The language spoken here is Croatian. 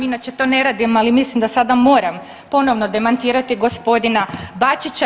Inače to ne radim ali mislim da sada moram ponovno demantirati gospodina Bačića.